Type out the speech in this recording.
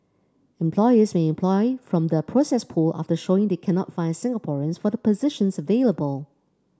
employers may employ from the processed pool after showing they cannot find Singaporeans for the positions available